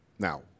now